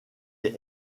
est